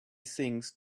things